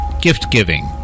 gift-giving